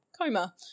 Coma